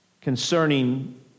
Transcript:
concerning